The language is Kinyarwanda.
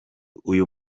uyu